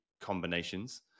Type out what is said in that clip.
combinations